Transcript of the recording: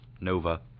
Nova